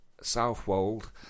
Southwold